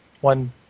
one